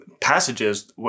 passages